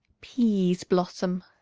peaseblossom.